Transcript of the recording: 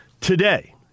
today